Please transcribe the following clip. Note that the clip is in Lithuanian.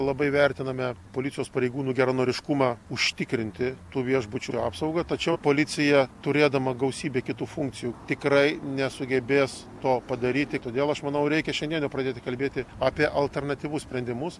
labai vertiname policijos pareigūnų geranoriškumą užtikrinti tų viešbučių apsaugą tačiau policija turėdama gausybę kitų funkcijų tikrai nesugebės to padaryti todėl aš manau reikia šiandien jau pradėti kalbėti apie alternatyvius sprendimus